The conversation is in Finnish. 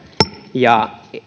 ja